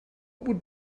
would